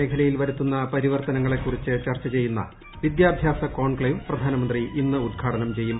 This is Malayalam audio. മേഖലയിൽ വരുത്തുന്ന പരിവർത്തനങ്ങളെക്കുറിച്ച് ചർച്ച ചെയ്യുന്ന വിദ്യാഭ്യാസ കോൺക്ലെവ് പ്രധാനമന്ത്രി ഇന്ന് ഉത്ഘാടനം ചെയ്യും